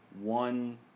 one